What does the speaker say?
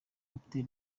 capt